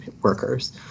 workers